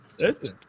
listen